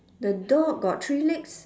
the dog got three legs